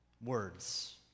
words